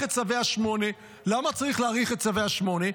את צווי 8. למה צריך להאריך את צווי 8?